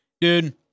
Dude